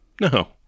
No